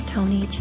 Tony